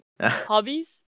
Hobbies